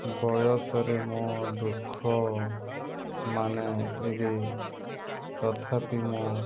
ବୟସରେ ମୋ ଦୁଃଖ ମାନେ ଏବେ ତଥାପି ମୁଁ